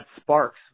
sparks